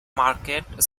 market